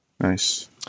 nice